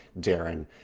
Darren